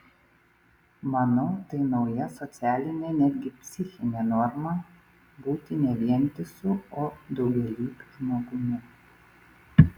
manau tai nauja socialinė netgi psichinė norma būti ne vientisu o daugialypiu žmogumi